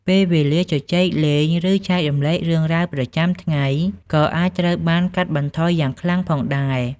ពេលវេលាជជែកលេង ឬចែករំលែករឿងរ៉ាវប្រចាំថ្ងៃ ក៏អាចត្រូវបានកាត់បន្ថយយ៉ាងខ្លាំងផងដែរ។